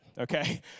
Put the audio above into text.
okay